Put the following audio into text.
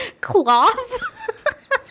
Cloth